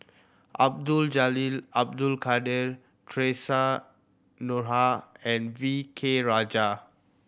Abdul Jalil Abdul Kadir Theresa Noronha and V K Rajah